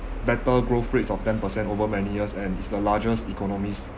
better growth rates of ten percent over many years and is the largest economies